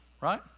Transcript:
right